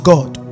God